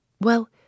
Well